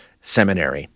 Seminary